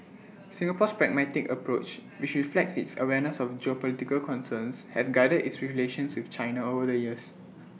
Singapore's pragmatic approach which reflects its awareness of geopolitical concerns has guided its relations with China over the years